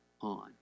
on